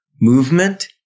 movement